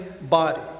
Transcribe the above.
body